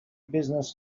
business